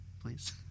please